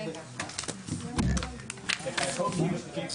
מקרה זה משהו